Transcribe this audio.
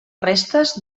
restes